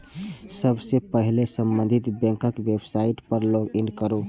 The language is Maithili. सबसं पहिने संबंधित बैंकक वेबसाइट पर लॉग इन करू